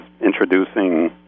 introducing